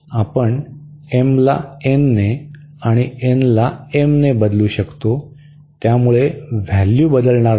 आपण m ला n ने आणि n ला m ने बदलू शकतो त्यामुळे व्हॅल्यू बदलणार नाही